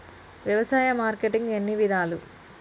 వ్యవసాయ మార్కెటింగ్ ఎన్ని విధాలు?